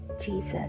Jesus